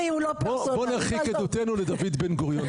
בוא נרחיק את עדותנו לדויד בן גוריון,